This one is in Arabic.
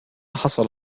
حصل